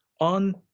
on